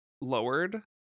lowered